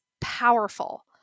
powerful